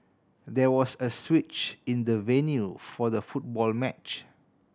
there was a switch in the venue for the football match